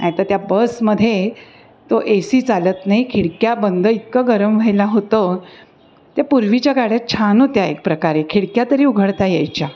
नाही तर त्या बसमध्ये तो ए सी चालत नाही खिडक्या बंद इतकं गरम व्हायला होतं त्या पूर्वीच्या गाड्यात छान होत्या एक प्रकारे खिडक्या तरी उघडता यायच्या